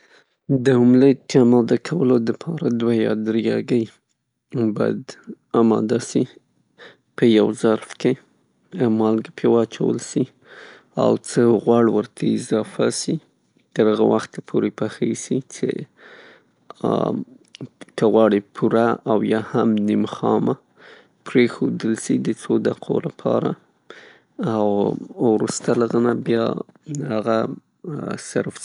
د اوملیټ د اماده کولو د پاره دوه یا دری هګۍ اماده سي په یو ظرف کې. مالګه پې واچول سی او څه غوړ ورته اضافه سي، تر هغه وخته پورې پخې سي څه که غواړې پوره او یا نیم خامه پرېښودل سي د څو دقو د پاره او وروسته د هغه نه صرف سي.